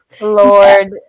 Lord